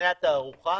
התערוכה